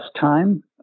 time